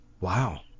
Wow